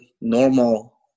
normal